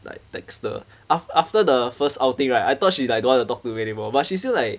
like texter aft~ after the first outing right I thought she like don't want to talk to me anymore but she still like